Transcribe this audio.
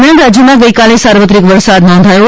દરમિયાન રાજ્યમાં ગઇકાલે સાર્વત્રિક વરસાદ નોંધાયો છે